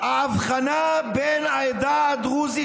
ההבחנה בין העדה הדרוזית,